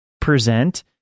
present